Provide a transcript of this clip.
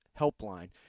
Helpline